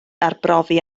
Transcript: arbrofi